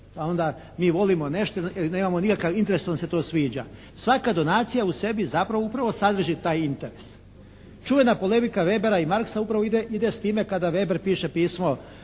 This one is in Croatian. pa onda mi volimo nešto, nemamo nikakav interes onda se to sviđa. Svaka donacija u sebi zapravo upravo sadrži taj interes. Čuvena polemika Webera i Marxa upravo ide s time kada Weber piše pismo